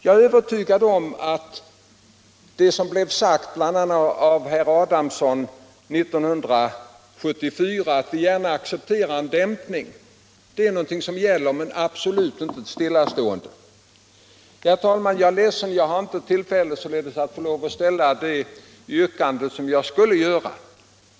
Jag är övertygad om att vi, såsom bl.a. herr Adamsson sade 1974, gärna accepterar en dämpning. Däremot accepterar vi absolut inte ett stillastående. Herr talman! Jag är ledsen över att jag inte har tillfälle att ytterligare motivera det yrkande jag tänker ställa.